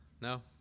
No